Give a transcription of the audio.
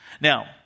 Now